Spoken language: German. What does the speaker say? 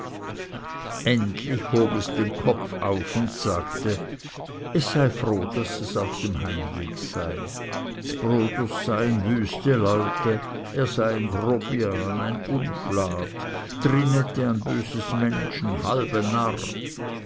endlich hob es den kopf auf und sagte es sei froh daß sie auf dem heimweg seien ds bruders seien wüste leute er sei ein grobian ein unflat trinette ein böses mönsch e halbe narr